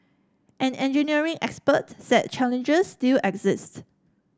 an engineering expert said challenges still exist